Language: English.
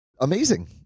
amazing